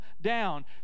down